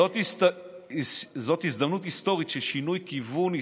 זאת הזדמנות היסטורית, של שינוי כיוון היסטורי.